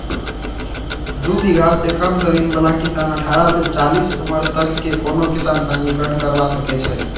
दू बिगहा से कम जमीन बला किसान अठारह से चालीस उमर तक के कोनो किसान पंजीकरण करबा सकै छइ